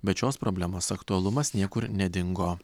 bet šios problemos aktualumas niekur nedingo